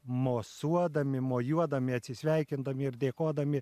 mosuodami mojuodami atsisveikindami ir dėkodami